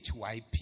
HYP